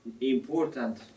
important